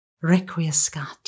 requiescat